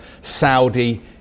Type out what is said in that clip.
Saudi